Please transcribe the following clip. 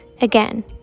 Again